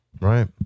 right